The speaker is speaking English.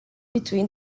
between